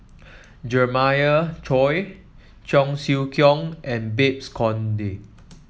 Jeremiah Choy Cheong Siew Keong and Babes Conde